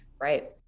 Right